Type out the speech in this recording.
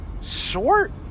Short